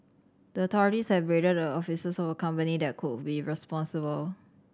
the authorities have raided the offices of a company that could be responsible